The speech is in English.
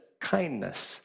kindness